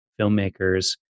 filmmakers